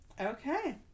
Okay